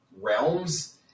realms